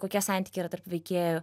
kokie santykiai tarp veikėjų